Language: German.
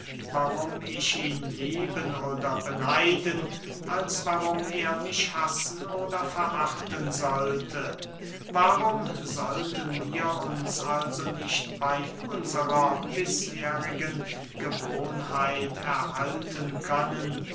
warum ich ihn lieben oder beneiden als warum er mich hassen oder verachten sollte warum sollten wir uns also nicht bey unsrer bisherigen gewohnheit erhalten können